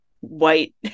white